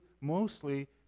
mostly